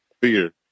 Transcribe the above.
Fear